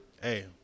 Hey